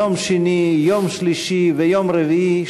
יום שני, יום שלישי ויום רביעי.